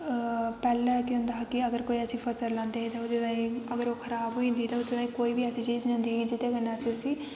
पैह्लें केह् होंदा हा कि कोई अगर फसल लांदा हा ते अगर ओह् खराब होई जंदी ही ते ओह्दै ताईं कोई बी ऐसी चीज नेईं ही होंदी जेह्दे कन्नै अस उस्सी